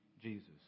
Jesus